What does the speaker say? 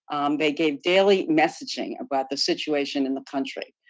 they gave daily messaging about the situation in the country.